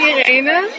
Irene